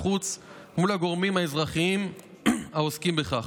חוץ מול הגורמים האזרחיים העוסקים בכך,